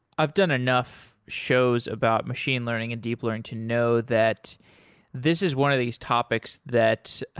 i've done enough shows about machine learning and deep learning to know that this is one of these topics that